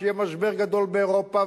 שיהיה משבר גדול באירופה,